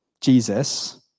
Jesus